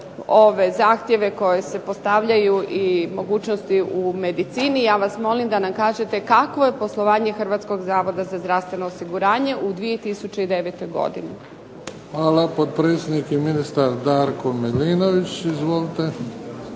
ove zahtjeve koji se postavljaju i mogućnosti u medicini ja vas molim da nam kažete kakvo je poslovanje Zavoda za zdravstveno osiguranje u 2009. godini. **Bebić, Luka (HDZ)** Hvala lijepo. Potpredsjednik i ministar Darko MIlinović. Izvolite.